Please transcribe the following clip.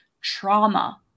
trauma